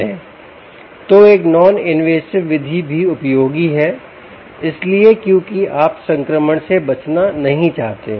तो एक non invasive विधि भी उपयोगी है इसलिए क्योंकि आप संक्रमण से बचना नहीं चाहते हैं